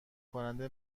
کننده